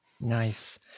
Nice